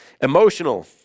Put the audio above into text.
Emotional